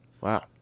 Wow